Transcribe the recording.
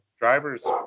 drivers